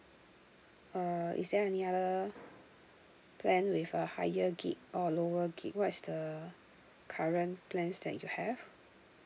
uh is there any other plan with a higher G_B or lower G_B what's the current plans that you have